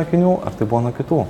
akinių ar tai buvo nuo kitų